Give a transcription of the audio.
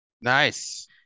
Nice